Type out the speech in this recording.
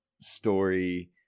story